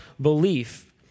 belief